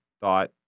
thought